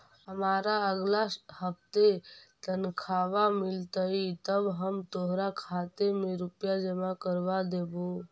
हमारा अगला हफ्ते तनख्वाह मिलतई तब हम तोहार खाते में रुपए जमा करवा देबो